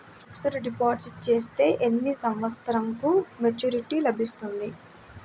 Fixed deposit చేస్తే ఎన్ని సంవత్సరంకు మెచూరిటీ లభిస్తుంది?